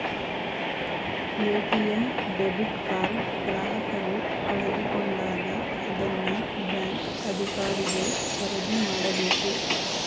ATM debit card ಗ್ರಾಹಕರು ಕಳೆದುಕೊಂಡಾಗ ಅದನ್ನ ಬ್ಯಾಂಕ್ ಅಧಿಕಾರಿಗೆ ವರದಿ ಮಾಡಬೇಕು